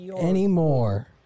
anymore